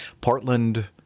Portland